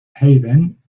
haven